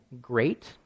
great